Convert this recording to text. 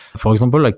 for example, like